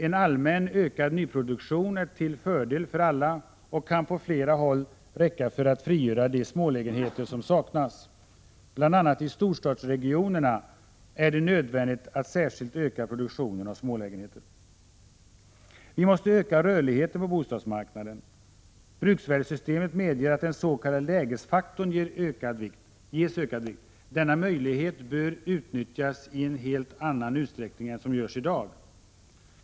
En allmän ökad nyproduktion är till fördel för alla och kan på flera håll räcka för att frigöra de smålägenheter som saknas. Bl. a. i storstadsregionerna är det nödvändigt att särskilt öka produktionen av smålägenheter. Vi måste öka rörligheten på bostadsmarknaden. Bruksvärdessystemet medger att den s.k. lägesfaktorn ges ökad vikt. Denna möjlighet bör utnyttjas i en helt annan utsträckning än som görs i dag.